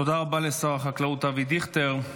תודה רבה לשר החקלאות אבי דיכטר.